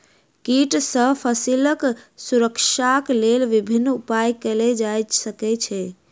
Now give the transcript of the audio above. कीट सॅ फसीलक सुरक्षाक लेल विभिन्न उपाय कयल जा सकै छै